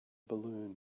balloon